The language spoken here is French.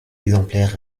exemplaires